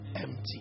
empty